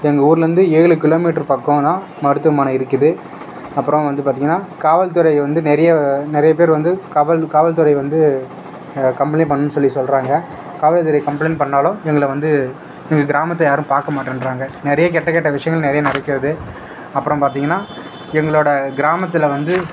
எங்கள் ஊர்லேருந்து ஏழு கிலோமீட்டர் பக்கம் தான் மருத்துவமனை இருக்குது அப்புறம் வந்து பார்த்திங்கன்னா காவல்துறை வந்து நிறைய நிறைய பேர் வந்து காவல் காவல்துறை வந்து கம்பளைண்ட் பண்ணிணேன்னு சொல்லி சொல்கிறாங்க காவல்துறை கம்பளைண்ட் பண்ணிணாலும் எங்களை வந்து எங்கள் கிராமத்தை யாரும் பார்க்கமாட்டேன்றாங்க நிறைய கெட்ட கெட்ட விஷயங்கள் நிறைய நடக்கிறது அப்புறம் பார்த்திங்கன்னா எங்களோடய கிராமத்தில் வந்து